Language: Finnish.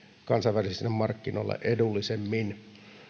kansainvälisillä markkinoilla edullisemmin